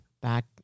back